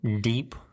deep